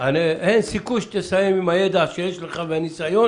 אין סיכוי שתסיים עם הידע שיש לך והניסיון